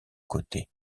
côté